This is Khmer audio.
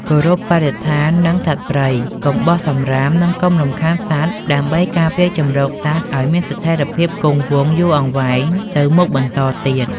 គោរពបរិស្ថាន និងសត្វព្រៃ កុំបោះសំរាម និងកុំរំខានសត្វដើម្បីការពារជម្រកសត្វឲ្យមានស្ថេរភាពគង់វង្សយូរអង្វែងទៅមុខបន្តទៀត។